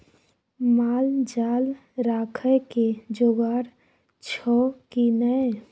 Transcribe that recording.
माल जाल राखय के जोगाड़ छौ की नै